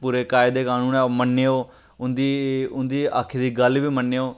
पूरे कायदे कनून मन्नेओ उं'दी उं'दी आक्खी दी गल्ल बी मन्नेओ